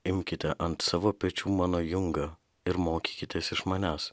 imkite ant savo pečių mano jungą ir mokykitės iš manęs